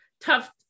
tough